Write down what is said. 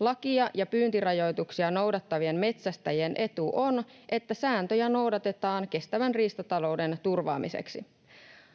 Lakia ja pyyntirajoituksia noudattavien metsästäjien etu on, että sääntöjä noudatetaan kestävän riistatalouden turvaamiseksi.